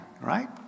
right